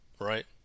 right